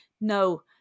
no